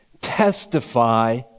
Testify